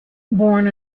born